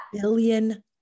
billion